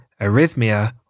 arrhythmia